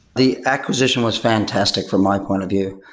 the acquisition was fantastic from my point of view.